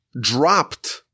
dropped